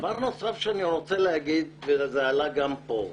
דבר נוסף שאני רוצה להגיד, וזה עלה גם פה.